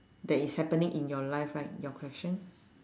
that is happening in your life right your question